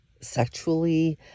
sexually